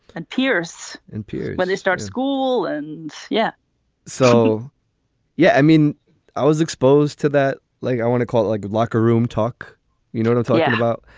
and pierce and period when they start school and. yeah so yeah. i mean i was exposed to that like i want to call it like locker room talk. you know what i'm talking about.